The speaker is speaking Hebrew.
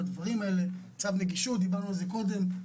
זה אומר שירושלים.